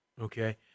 Okay